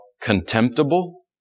contemptible